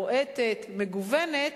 בועטת ומגוונת,